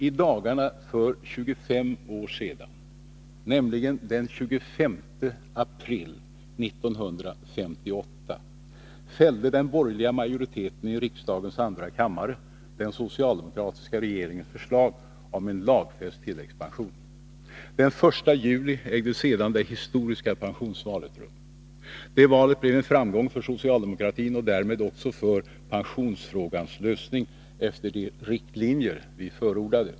I dagarna för 25 år sedan, nämligen den 25 april 1958, fällde den borgerliga majoriteten i riksdagens andra kammare den socialdemokratiska regeringens förslag om en lagfäst tilläggspension. Den 1 juni ägde sedan det historiska pensionsvalet rum. Det valet blev en framgång för socialdemokratin och därmed också för pensionsfrågans lösning efter de riktlinjer vi förordade.